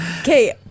Okay